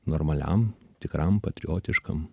normaliam tikram patriotiškam